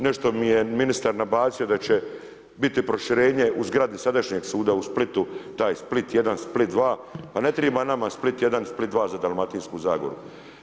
Nešto mi je ministar nabacio da će biti proširenje u zgradi sadašnjeg suda u Splitu taj Split 1, Split 2. Pa ne triba nama Split 1 i Split 2 za Dalmatinsku zagoru.